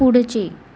पुढचे